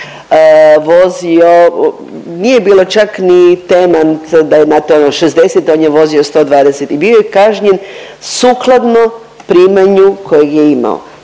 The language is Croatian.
vozio, nije bilo čak ni tema sad da je … 60 on je vozio 120 i bio je kažnjen sukladno primanju kojeg je imao.